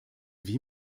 wie